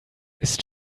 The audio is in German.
ist